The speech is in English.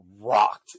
rocked